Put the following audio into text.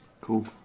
Cool